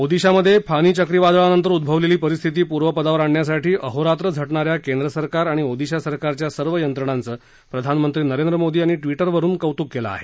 ओदिशामध्ये फानी चक्रीवादळानंतर उद्भवलेली परिस्थिती पूर्वपदावर आणण्यासाठी अहोरात्र झटणाऱ्या केंद्र सरकार आणि ओदिशा सरकारच्या सर्व यंत्रणांचं प्रधानमंत्री नरेंद्र मोदी यांनी ट्विटरवरून कौतुक केलं आहे